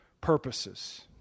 purposes